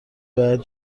باید